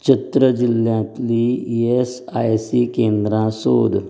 चित्र जिल्ल्यांतलीं ईएसआयसी केंद्रां सोद